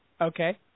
Okay